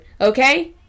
Okay